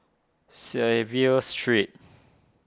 Clive Street